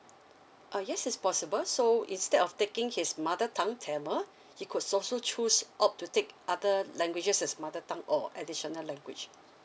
uh yes is possible so instead of taking his mother tongue tamil he could also choose opt to take other languages that's mother tongue or additional language